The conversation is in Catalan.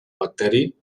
bacteri